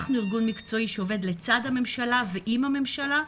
אנחנו ארגון מקצועי שעובד לצד הממשלה ועם הממשלה.